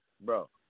Bro